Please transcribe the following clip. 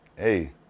hey